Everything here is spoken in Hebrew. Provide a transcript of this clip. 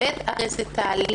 ושנית הרי זה תהליך.